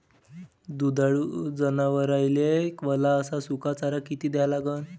दुधाळू जनावराइले वला अस सुका चारा किती द्या लागन?